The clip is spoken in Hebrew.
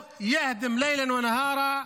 כבודו.